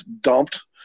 dumped